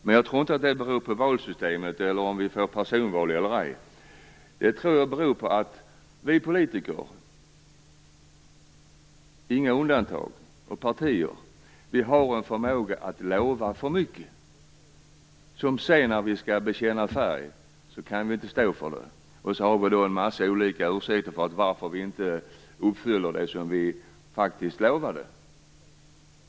Jag tror dock inte att det beror på valsystemet eller på huruvida vi får personval eller ej. Jag tror att det beror på att vi politiker och våra partier, inga undantag, har en förmåga att lova för mycket. Sedan, när vi skall bekänna färg, kan vi inte stå för det, och då har vi en massa olika ursäkter för varför vi inte uppfyller det som vi faktiskt lovade.